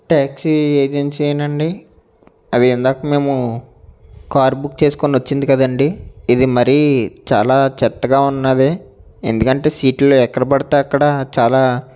taxi agency నే అండి అది ఇందాక మేము కార్ బుక్ చేసుకుని వచ్చింది కదండి ఇది మరీ చాలా చెత్తగా ఉన్నది ఎందుకంటే సీట్లు ఎక్కడ పడితే అక్కడ చాలా